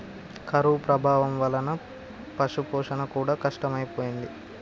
కరువు ప్రభావం వలన పశుపోషణ కూడా కష్టమైపోయింది